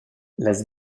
las